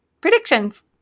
predictions